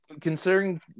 considering